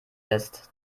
lässt